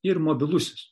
ir mobilusis